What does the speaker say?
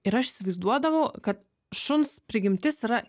ir aš įsivaizduodavau kad šuns prigimtis yra